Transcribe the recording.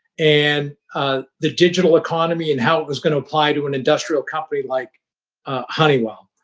and the digital economy and how it was going to apply to an industrial company like honeywell.